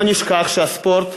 לא נשכח שהספורט